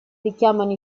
richiamano